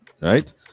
Right